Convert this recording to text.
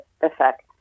effect